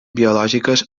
biològiques